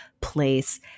place